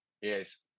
yes